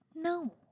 No